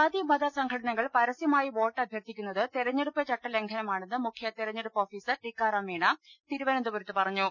ജാതി മ്ത സംഘടനകൾ പരസ്യമായി വോട്ടഭ്യർത്ഥിക്കുന്നത് തെരഞ്ഞെടുപ്പ് ചട്ടലംഘനമാണെന്ന് മുഖ്യ തെരഞ്ഞെടുപ്പ് ഓഫീ സർ ടിക്കാറാം മീണ തിരുവനന്തപുരത്ത് പറഞ്ഞു